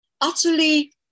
Utterly